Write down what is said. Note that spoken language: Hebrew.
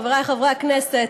חברי חברי הכנסת,